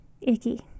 Icky